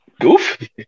goofy